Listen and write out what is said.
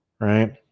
right